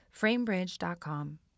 framebridge.com